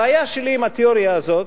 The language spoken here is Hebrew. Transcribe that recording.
הבעיה שלי עם התיאוריה הזאת,